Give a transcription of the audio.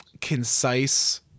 concise